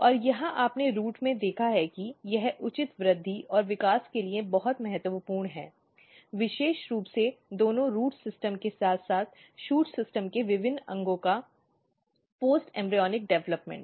और यह आपने रूट में देखा है कि यह उचित वृद्धि और विकास के लिए बहुत महत्वपूर्ण है विशेष रूप से दोनों रूट सिस्टम के साथ साथ शूट सिस्टम में विभिन्न अंगों का पोस्ट इम्ब्रीऑनिक विकास